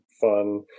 fun